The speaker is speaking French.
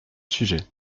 sujet